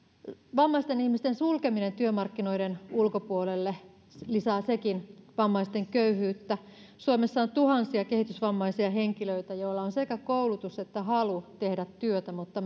vammaisten ihmisten sulkeminen työmarkkinoiden ulkopuolelle lisää sekin vammaisten köyhyyttä suomessa on tuhansia kehitysvammaisia henkilöitä joilla on sekä koulutus että halu tehdä työtä mutta